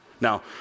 Now